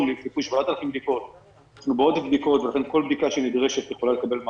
כל בדיקה שנדרשת מקבלת מענה.